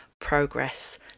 progress